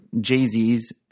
Jay-Z's